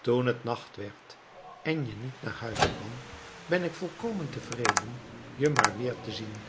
toen het nacht werd en je niet naar huis kwam ben ik volkomen tevreden je maar weer te zien